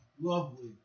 Lovely